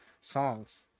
songs